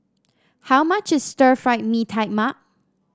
how much is Stir Fried Mee Tai Mak